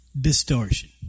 distortion